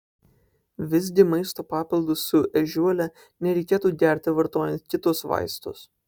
visgi maisto papildus su ežiuole nereikėtų gerti vartojant kitus vaistus